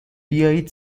بیایید